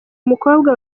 umukobwa